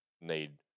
need